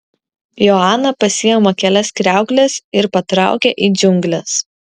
joana pasiima kelias kriaukles ir patraukia į džiungles